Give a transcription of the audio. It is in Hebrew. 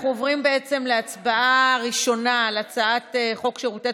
אנחנו עוברים להצבעה ראשונה על הצעת חוק שירותי